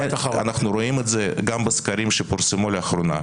אנחנו רואים את זה גם בסקרים שפורסמו לאחרונה.